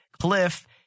Cliff